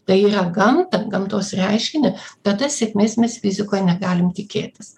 tai yra gamtą gamtos reiškinį tada sėkmės mes fizikoj negalim tikėtis